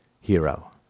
hero